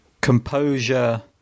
composure